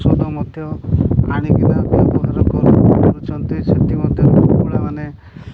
ଔଷଧ ମଧ୍ୟ ଆଣିକିନା ବ୍ୟବହାର ପାରୁଛନ୍ତି ସେଥିମଧ୍ୟରୁ କୁକଡ଼ାମାନେ